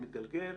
הוא מתגלגל,